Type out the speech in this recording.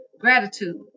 gratitude